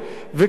אכן,